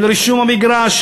של רישום המגרש,